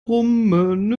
brummen